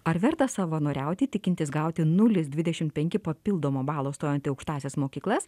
ar verta savanoriauti tikintis gauti nulį dvidešimt penki papildomo balo stojant į aukštąsias mokyklas